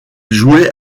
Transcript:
jouait